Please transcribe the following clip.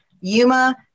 Yuma